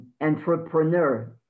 entrepreneur